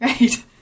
right